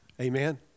Amen